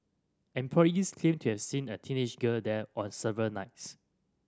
employees claimed to have seen a teenage girl there on several nights